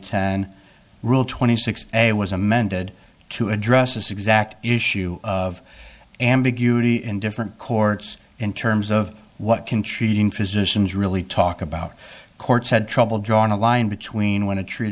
ten rule twenty six a was amended to address this exact issue of ambiguity in different courts in terms of what can cheating physicians really talk about courts had trouble drawing a line between when a tr